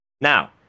Now